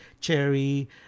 cherry